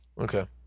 okay